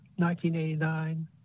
1989